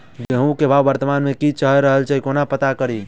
गेंहूँ केँ भाव वर्तमान मे की चैल रहल छै कोना पत्ता कड़ी?